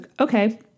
okay